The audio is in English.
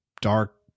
dark